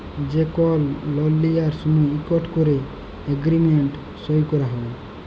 যে কল লল লিয়ার সময় ইকট ক্যরে এগ্রিমেল্ট সই ক্যরা হ্যয়